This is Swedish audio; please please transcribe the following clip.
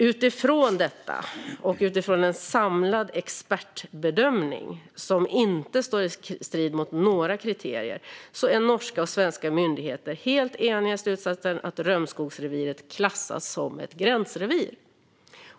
Utifrån en samlad expertbedömning, som inte står i strid med några kriterier, är norska och svenska myndigheter helt eniga i slutsatsen att Römskogsreviret klassas som ett gränsrevir.